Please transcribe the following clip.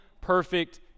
perfect